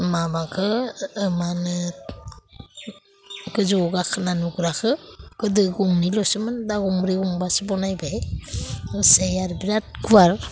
माबाखौ मा होनो गोजौयाव गाखोना नुग्राखौ गोदो गंनैल'सोमोन दा गंब्रै गंबासो बनायबाय बिनिसाय आरो बिराथ गुवार